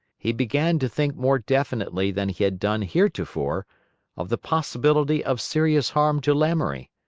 he began to think more definitely than he had done heretofore of the possibility of serious harm to lamoury.